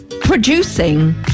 producing